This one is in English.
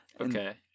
Okay